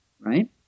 right